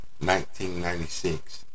1996